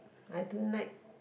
I don't like